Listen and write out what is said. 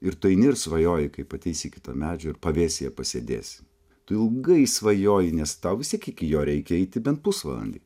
ir tu eini ir svajoji kaip ateisi iki to medžio ir pavėsyje pasėdėsi tu ilgai svajoji nes tau vis tiek iki jo reikia eiti bent pusvalandį